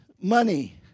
money